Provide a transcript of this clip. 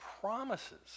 promises